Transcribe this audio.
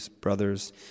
brothers